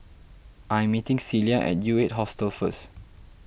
I'm meeting Celia at U eight Hostel first